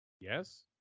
Yes